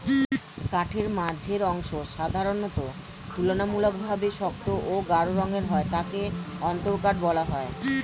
কাঠের মাঝের অংশ সাধারণত তুলনামূলকভাবে শক্ত ও গাঢ় রঙের হয় যাকে অন্তরকাঠ বলা হয়